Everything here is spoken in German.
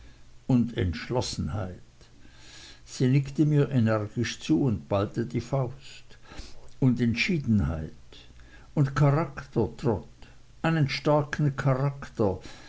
und entschlossenheit sie nickte mir energisch zu und ballte die faust und entschiedenheit und charakter trot einen starken charakter